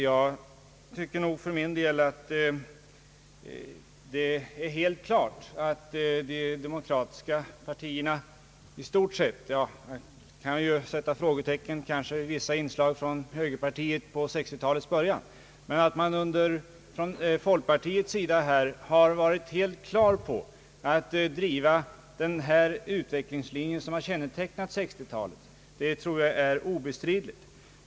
Jag tycker att det är helt klart att de demokratiska partierna i stort sett — jag kan kanske sätta frågetecken för vissa inslag från högerpartiet under 1960-talets början — varit överens om att driva den utvecklingslinje som har kännetecknat 1960-talet.